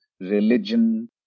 religion